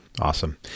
Awesome